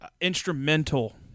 instrumental